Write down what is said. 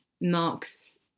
Mark's